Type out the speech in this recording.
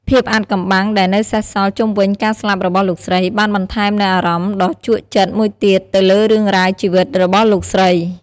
ភាពអាថ៌កំបាំងដែលនៅសេសសល់ជុំវិញការស្លាប់របស់លោកស្រី បានបន្ថែមនូវ អារម្មណ៍ដ៏ជក់ចិត្ត មួយទៀតទៅលើរឿងរ៉ាវជីវិតរបស់លោកស្រី។